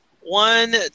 one